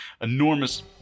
enormous